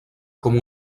com